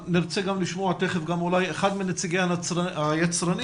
נרצה לשמוע גם אחד מנציגי היצרנים,